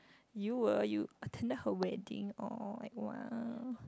you were you attended her wedding all the while